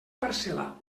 parcel·la